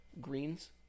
greens